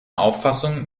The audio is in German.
auffassung